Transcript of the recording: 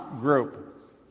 group